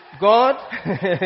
God